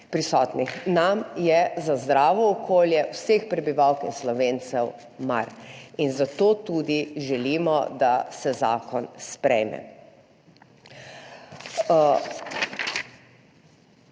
prisotnih. Nam je za zdravo okolje vseh prebivalk in Slovencev mar. Zato tudi želimo, da se zakon sprejme.